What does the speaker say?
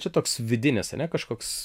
čia toks vidinis ane kažkoks